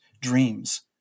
dreams